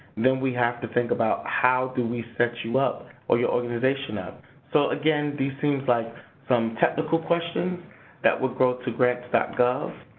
then we have to think about how do we set you up or your organization up. so again, these things like some technical questions that will go to grants gov